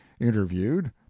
interviewed